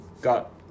got